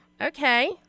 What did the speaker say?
okay